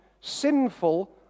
sinful